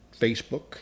Facebook